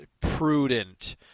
prudent